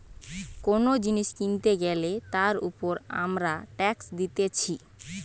কোন জিনিস কিনতে গ্যালে তার উপর আমরা ট্যাক্স দিতেছি